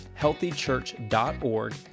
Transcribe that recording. healthychurch.org